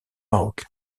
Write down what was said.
maroc